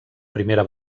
primera